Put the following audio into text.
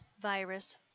virus